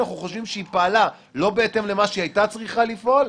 אנחנו חושבים שהיא פעלה לא בהתאם למה שהיא הייתה צריכה לפעול.